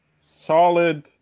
solid